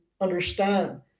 understand